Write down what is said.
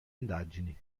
indagini